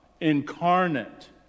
incarnate